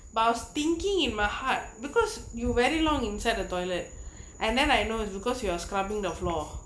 but I was thinking in my heart because you very long inside the toilet and then I know it's because you are scrubbing the floor